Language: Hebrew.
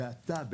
ואתה,